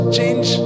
change